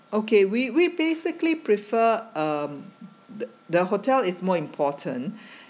okay we we basically prefer um the the hotel is more important